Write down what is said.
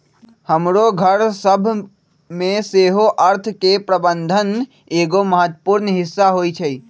हमरो घर सभ में सेहो अर्थ के प्रबंधन एगो महत्वपूर्ण हिस्सा होइ छइ